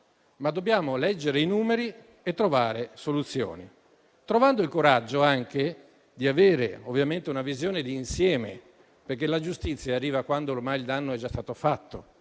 ma dobbiamo leggere i numeri e individuare delle soluzioni, trovando il coraggio anche di avere una visione di insieme, perché la giustizia arriva quando ormai il danno è stato fatto.